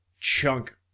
chunk